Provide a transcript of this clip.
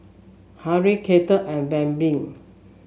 Harrie Katy and Bambi